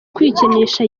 kwikinisha